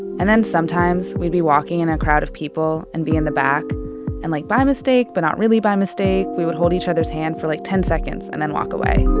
and then sometimes we'd be walking in a crowd of people and be in the back and, like by mistake, but not really by mistake, we would hold each other's hand for like ten seconds and then walk away.